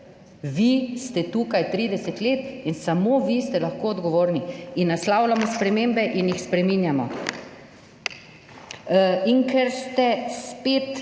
Vi ste tukaj 30 let in samo vi ste lahko odgovorni. Naslavljamo spremembe in jih spreminjamo. In ker ste spet